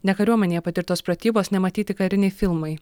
ne kariuomenėje patirtos pratybos nematyti kariniai filmai